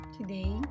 today